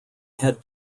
had